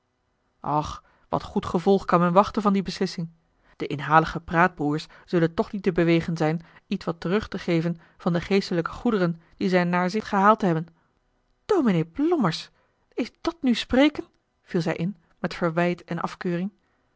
och wat goed gevolg kan men wachten van die beslissing de inhalige praatbroêrs zullen toch niet te bewegen zijn ietwat terug te geven van de geestelijke goederen die zij naar zich gehaald hebben dominé blommers is dat nu spreken viel zij in met verwijt en afkeuring